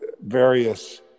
various